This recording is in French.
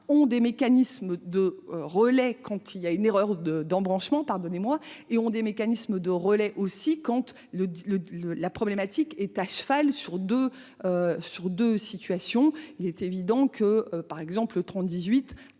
ont des mécanismes de relais quand il y a une erreur de d'embranchements pardonnez-moi et ont des mécanismes de relais aussi compte le le le la problématique est à cheval sur 2. Sur de situations, il était évident que par exemple 30 18,